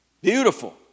Beautiful